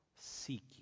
seeking